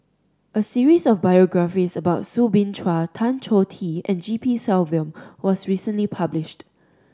a series of biographies about Soo Bin Chua Tan Choh Tee and G P Selvam was recently published